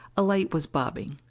a light was bobbing.